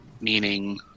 Meaning